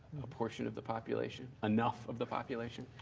a portion of the population, enough of the population.